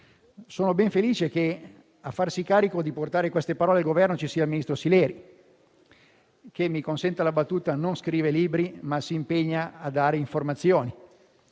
Sono ben felice che a farsi carico di portare queste parole al Governo ci sia il sottosegretario Sileri, che - mi consenta la battuta - non scrive libri, ma si impegna a dare informazioni.